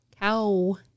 Cow